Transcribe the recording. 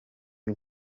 y’u